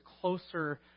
closer